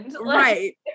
Right